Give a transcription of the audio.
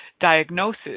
diagnosis